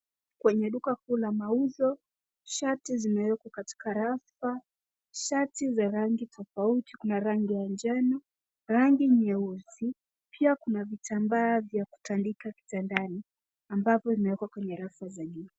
Kwenye duka kuu la mauzo, shati zimewekwa katika rafu. Sharti za rangi tofauti, kuna rangi ya njano, rangi nyeusi, pia kuna vitambaa vya kutandika kitandani ambapo vimewekwa kwenye rafu za juu.